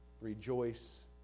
Rejoice